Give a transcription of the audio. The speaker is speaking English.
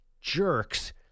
jerks